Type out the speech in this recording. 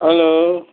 hello